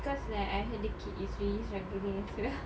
because like I heard the kid is really struggling as well